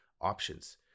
options